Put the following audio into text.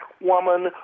woman